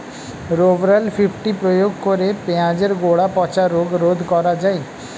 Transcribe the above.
Rovral fifty প্রয়োগ করে পেঁয়াজের গোড়া পচা রোগ রোধ করা যায়?